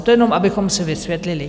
To jenom abychom si vysvětlili.